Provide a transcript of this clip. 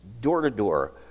door-to-door